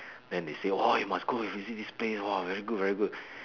then they say orh you must go and visit this place !wah! very good very good